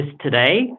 today